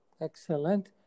Excellent